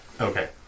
Okay